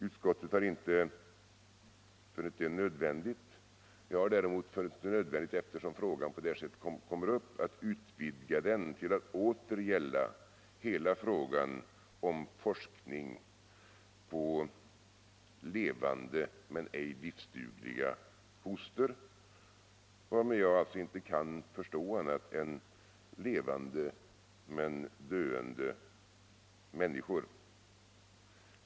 Utskottet har inte funnit det nödvändigt — jag har däremot funnit det nödvändigt, eftersom frågan på det här sättet kommer upp — att utvidga problemet till att åter gälla hela frågan om forskning på levande men ej livsdugliga foster, varmed jag alltså inte kan förstå annat än levande men döende människor.